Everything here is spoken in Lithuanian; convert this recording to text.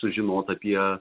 sužinot apie